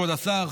כבוד השר,